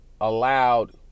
allowed